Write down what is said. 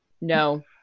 No